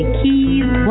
Keys